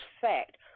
fact